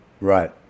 Right